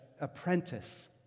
Apprentice